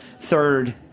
third